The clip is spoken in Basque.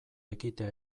ekitea